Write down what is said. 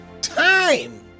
time